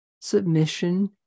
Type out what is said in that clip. submission